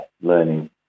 learning